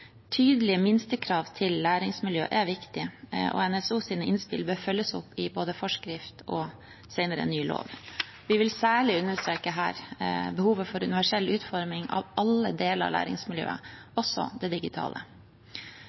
Tydelige minstekrav til læringsmiljø er viktige, og NSOs innspill bør følges opp i både forskrift og senere ny lov. Vi vil her særlig understreke behovet for universell utforming av alle deler av læringsmiljøet, også det digitale.